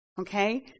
Okay